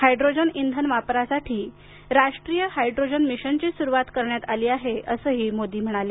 hydrogen इंधन वापरासाठी राष्ट्रीय हायड्रोजन मिशनची सुरुवात करण्यात आली आहे असंही मोदी म्हणाले